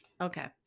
Okay